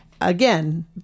Again